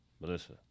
Melissa